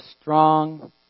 strong